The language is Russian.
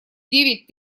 девять